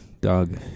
dog